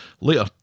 Later